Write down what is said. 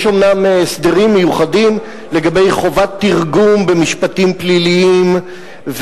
יש אומנם הסדרים מיוחדים לגבי חובת תרגום במשפטים פליליים.